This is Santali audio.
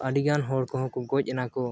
ᱟᱹᱰᱤᱜᱟᱱ ᱦᱚᱲ ᱠᱚᱦᱚᱸ ᱠᱚ ᱜᱚᱡ ᱮᱱᱟᱠᱚ